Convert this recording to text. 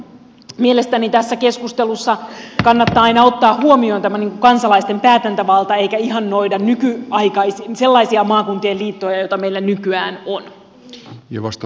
mielestäni tässä keskustelussa kannattaa aina ottaa huomioon tämä kansalaisten päätäntävalta eikä ihannoida sellaisia maakuntien liittoja joita meillä nykyään on